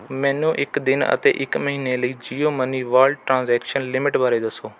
ਮੈਨੂੰ ਇੱਕ ਦਿਨ ਅਤੇ ਇੱਕ ਮਹੀਨੇ ਲਈ Jio money wallet transaction limit ਬਾਰੇ ਦੱਸੋ